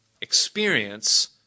experience